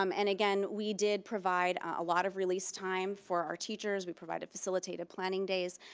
um and again, we did provided a lot of release time for our teachers. we provided facilitated planning days.